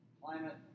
climate